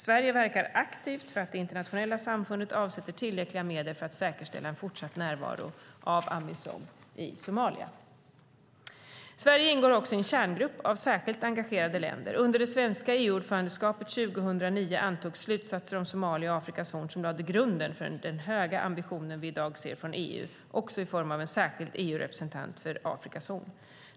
Sverige verkar aktivt för att det internationella samfundet ska avsätta tillräckliga medel för att säkerställa en fortsatt närvaro av Amisom i Somalia. Sverige ingår också i en kärngrupp av särskilt engagerade länder. Under det svenska EU-ordförandeskapet 2009 antogs slutsatser om Somalia och Afrikas horn som lade grunden för den höga ambition som vi i dag ser från EU, också i form av en särskild EU-representant för Afrikas horn.